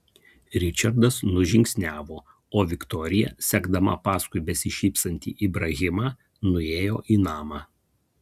ričardas nužingsniavo o viktorija sekdama paskui besišypsantį ibrahimą nuėjo į namą